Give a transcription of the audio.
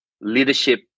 leadership